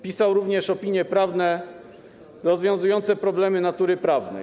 Pisał również opinie prawne, rozwiązujące problemy natury prawnej.